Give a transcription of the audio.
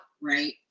right